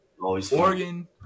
Oregon